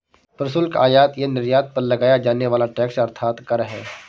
प्रशुल्क, आयात या निर्यात पर लगाया जाने वाला टैक्स अर्थात कर है